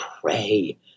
pray